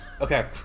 Okay